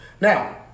Now